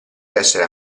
essere